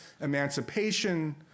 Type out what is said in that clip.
emancipation